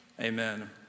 amen